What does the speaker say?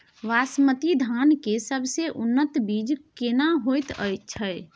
बासमती धान के सबसे उन्नत बीज केना होयत छै?